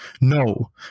No